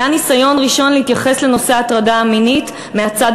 זה היה ניסיון ראשון להתייחס לנושא ההטרדה המינית מהצד